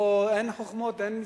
פה אין חוכמות, אין משחקים,